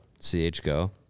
CHGO